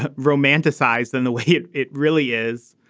ah romanticized than the way it it really is.